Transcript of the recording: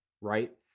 right